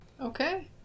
okay